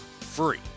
free